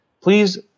Please